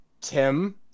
Tim